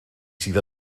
sydd